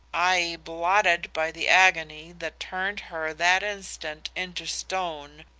ay blotted by the agony that turned her that instant into stone,